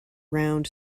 round